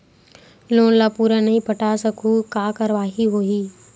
Loan ला पूरा नई पटा सकहुं का कारवाही होही?